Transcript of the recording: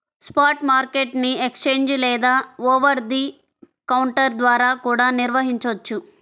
spot market ని exchange లేదా over the counter ద్వారా కూడా నిర్వహించొచ్చు